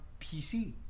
PC